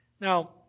Now